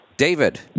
David